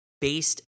based